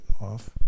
off